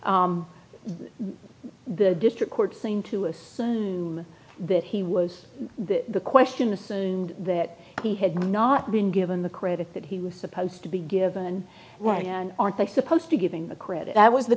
saying the district court seemed to assume that he was the question assumed that he had not been given the credit that he was supposed to be given right and aren't they supposed to giving the credit that was the